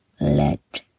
let